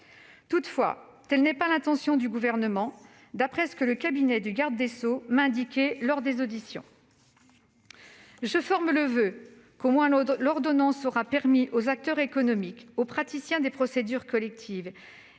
ciblé. Telle n'est pas l'intention du Gouvernement, d'après ce que le cabinet du garde des sceaux m'a indiqué lors de mes auditions. Je forme le voeu que l'ordonnance ait au moins permis aux acteurs économiques, aux praticiens des procédures collectives